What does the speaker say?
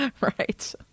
Right